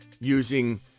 using